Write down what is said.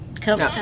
Come